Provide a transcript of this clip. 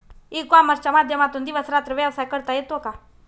E कॉमर्सच्या माध्यमातून दिवस रात्र व्यवसाय करता येतो का?